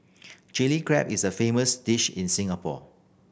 Chilli Crab is a famous dish in Singapore